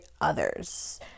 others